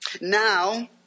Now